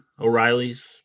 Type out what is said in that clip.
O'Reilly's